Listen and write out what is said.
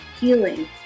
healing